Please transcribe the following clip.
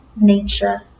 nature